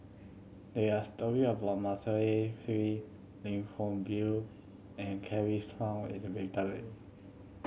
there are story about Melissa Kwee Lim and Kevin Kwan